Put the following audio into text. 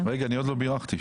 אני עוד לא בירכתי.